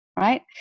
right